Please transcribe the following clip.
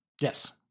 Yes